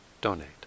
donate